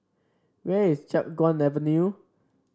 where is Chiap Guan Avenue